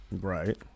Right